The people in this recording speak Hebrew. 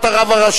על דעת כל ראשי